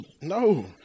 no